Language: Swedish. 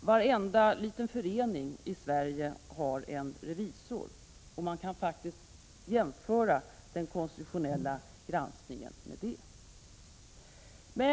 Varenda liten förening i Sverige har en revisor som granskar föreningens ärenden. Man kan faktiskt jämföra den konstitutionella granskningen med detta.